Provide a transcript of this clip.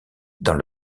dans